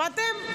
שמעתם?